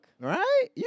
Right